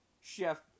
Chef